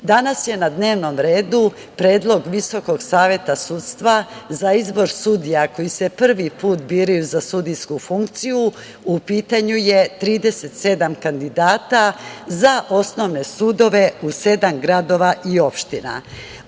je na dnevnom redu Predlog Visokog saveta sudstva za izbor sudija koji se prvi put biraju za sudijsku funkciju. U pitanju je 37 kandidata za osnovne sudove u sedam gradova, odnosno